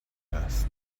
است